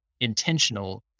intentional